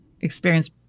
experience